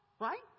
Right